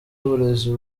w’uburezi